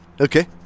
Okay